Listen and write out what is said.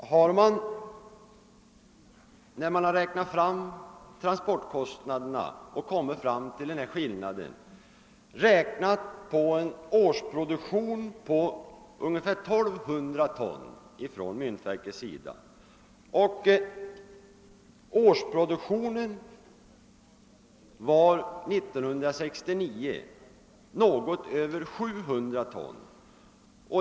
När man har kommit fram till detta belopp har man räknat med en årsproduktion på ungefär 1200 ton. Årsproduktionen var 1969 något över 700 ton.